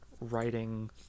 writing